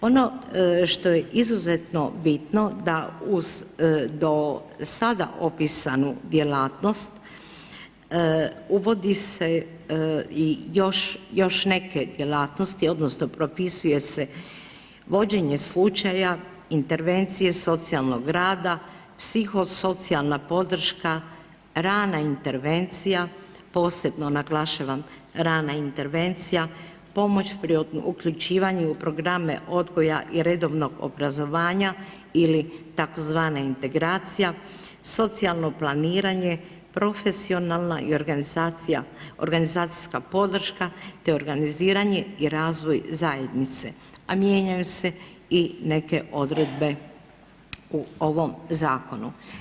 Ono što je izuzetno bitno da uz do sada opisanu djelatnost uvodi se i još neke djelatnosti odnosno propisuje se vođenje slučaja, intervencije socijalnog rada, psiho socijalna podrška, rana intervencija, posebno naglašavam rana intervencija, pomoć pri uključivanju u programe odgoja i redovnog obrazovanja ili tzv. integracija, socijalno planiranje profesionalna i organizacijska podrška te organiziranje i razvoj zajednice, a mijenjaju se i neke odredbe u ovom zakonu.